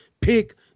pick